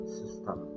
system